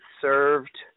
served